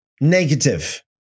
negative